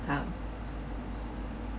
income